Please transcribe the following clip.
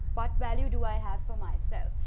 what value do i have for myself.